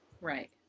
Right